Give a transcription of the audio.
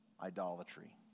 idolatry